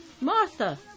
Martha